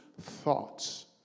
thoughts